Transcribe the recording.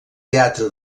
teatre